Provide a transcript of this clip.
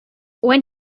when